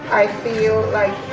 i feel like